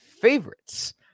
favorites